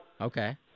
Okay